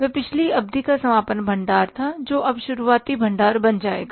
वह पिछली अवधि का समापन भंडार था जो अब शुरुआती भंडार बन जाएगा